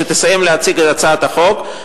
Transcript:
כאשר תסיים להציג את הצעת החוק,